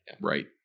right